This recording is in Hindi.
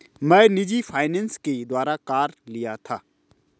मैं निजी फ़ाइनेंस के द्वारा कार लिया था